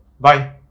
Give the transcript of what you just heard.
Bye